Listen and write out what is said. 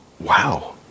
wow